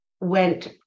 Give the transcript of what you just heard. went